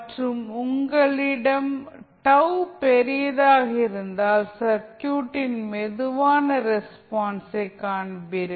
மற்றும் உங்களிடம் τ பெரியதாக இருந்தால் சர்க்யூட்டின் மெதுவான ரெஸ்பான்ஸை காண்பீர்கள்